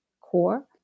core